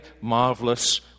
marvelous